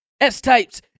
S-types